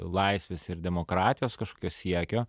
laisvės ir demokratijos kažkokios siekio